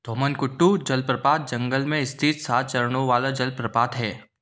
थोम्मनकुट्टु जलप्रपात जंगल में स्थित सात चरणों वाला जलप्रपात है